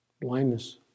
Blindness